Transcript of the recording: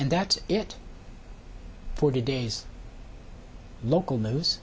and that it forty days local news